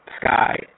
sky